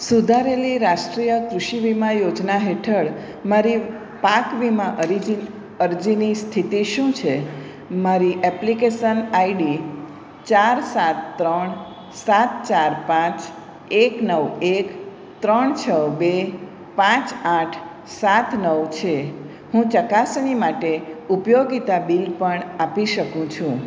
સુધારેલી રાષ્ટ્રીય કૃષિ વીમા યોજના હેઠળ મારી પાક વીમા અરીજી અરજીની સ્થિતિ શું છે મારી એપ્લિકેસન આઈડી ચાર સાત ત્રણ સાત ચાર પાંચ એક નવ એક ત્રણ છ બે પાંચ આઠ સાત નવ છે હું ચકાસણી માટે ઉપયોગિતા બિલ પણ આપી શકું છું